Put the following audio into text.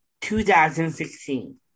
2016